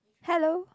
hello